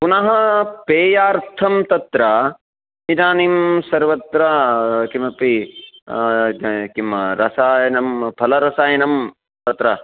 पुनः पेयार्थं तत्र इदानीं सर्वत्र किमपि किं रसायनं फलरसायनं तत्र